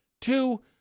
two